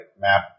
map